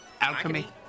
Alchemy